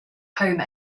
home